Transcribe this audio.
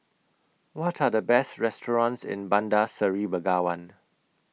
What Are The Best restaurants in Bandar Seri Begawan